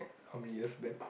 how many years back